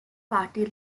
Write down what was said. party